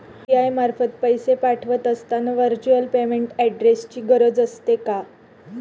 UPI मार्फत पैसे पाठवत असताना व्हर्च्युअल पेमेंट ऍड्रेसची गरज असते का?